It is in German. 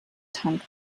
tank